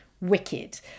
wicked